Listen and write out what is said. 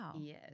yes